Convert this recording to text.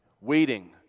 waiting